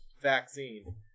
vaccine